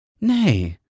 Nay